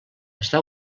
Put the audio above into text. està